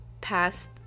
past